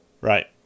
right